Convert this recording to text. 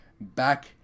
Back